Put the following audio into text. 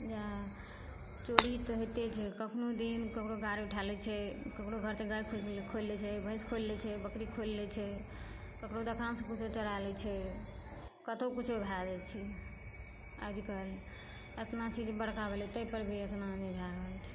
हँ चोरी तऽ होइते छै कखनो दिन ककरो गाड़ी उठा लै छै ककरो घर से गाय खुजि खोलि लै छै भैंस खोलि लै छै बकरी खोलि लै छै ककरो दोकान से किछु चोराए लै छै कतहुँ किछु भए जाइ छै आजकल एतना चीज बड़का भेलै तहि पर भी एतना नहि भए रहल छै